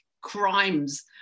crimes